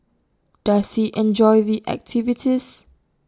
does he enjoy the activities